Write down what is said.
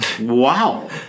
Wow